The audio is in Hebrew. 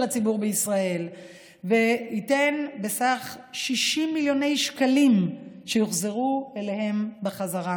הציבור בישראל ותיתן 60 מיליוני שקלים שיוחזרו אליהם בחזרה